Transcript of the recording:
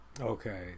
Okay